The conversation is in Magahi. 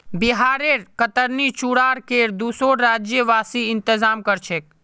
बिहारेर कतरनी चूड़ार केर दुसोर राज्यवासी इंतजार कर छेक